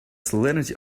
salinity